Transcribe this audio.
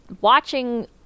watching